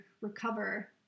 recover